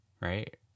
Right